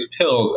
pills